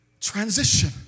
Transition